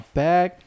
back